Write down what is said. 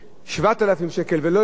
7,000 שקל ולא יותר.